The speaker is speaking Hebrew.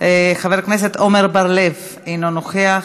חבר הכנסת עמר בר-לב, אינו נוכח,